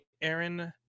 Aaron